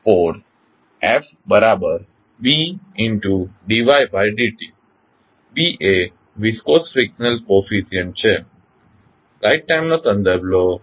પછી force ftBd y d t Bએ viscous frictional coefficient છે